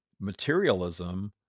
materialism